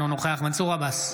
אינו נוכח מנסור עבאס,